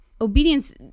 obedience